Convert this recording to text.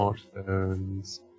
smartphones